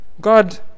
God